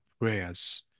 prayers